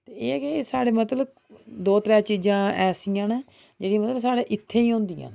ते एह् ऐ कि साढ़ा मतलब दौ त्रै चीज़ां ऐसियां न जेह्ड़ियां मतलब साढ़ै इत्थें गै होंदियां न